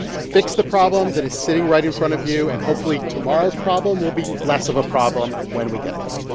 fix the problem that is sitting right in front of you and, hopefully, tomorrow's problem will be less of a problem when we get there